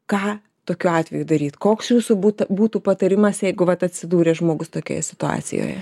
ką tokiu atveju daryt koks jūsų būt būtų patarimas jeigu vat atsidūrė žmogus tokioje situacijoje